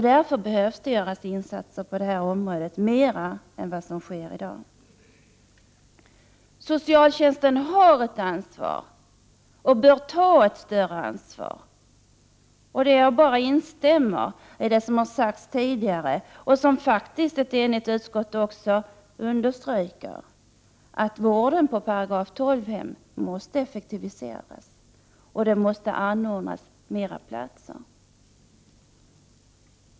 Det behövs därför fler insatser på detta område än vad som i dag är fallet. Socialtjänsten har ett ansvar, och den bör ta ett större ansvar. Jag instämmer i det som tidigare har sagts, och som ett enigt utskott faktiskt understryker: Vården på de s.k. § 12-hemmen måste effektiviseras, och det måste anordnas fler platser.